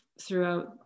throughout